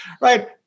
Right